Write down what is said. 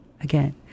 again